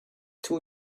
two